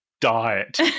diet